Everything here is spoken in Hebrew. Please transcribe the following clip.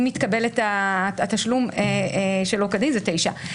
אם מתקבל התשלום שלא כדין תשע שנים.